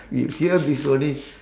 you here it's only